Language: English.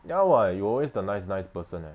ya [what] you always the nice nice person eh